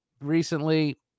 recently